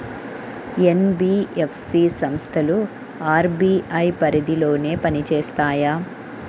NBFC సంస్థలు RBI పరిధిలోనే పని చేస్తాయా?